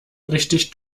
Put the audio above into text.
richtig